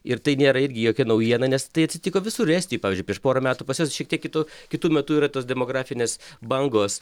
ir tai nėra irgi jokia naujiena nes tai atsitiko visur estijoj pavyzdžiui prieš porą metų pas jus šiek tiek kitu kitu metu yra tos demografinės bangos